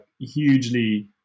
hugely